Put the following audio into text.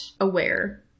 aware